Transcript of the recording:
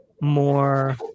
more